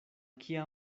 kia